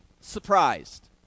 surprised